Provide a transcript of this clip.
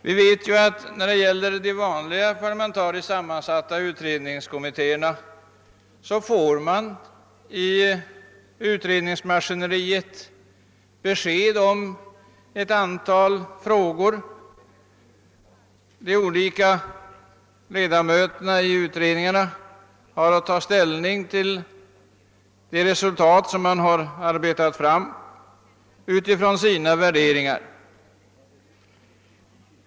Vi vet att när det gäller de vanliga parlamentariskt sammansatta kommittéerna får man i utredningsmaskineriet besked om ett antal frågor, och de olika ledamöterna i utredningarna har att ta ställning till det resultat som arbetats fram utifrån olika värderingar.